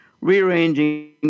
rearranging